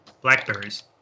blackberries